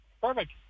Perfect